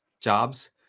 jobs